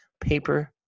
paper